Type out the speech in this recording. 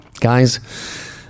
guys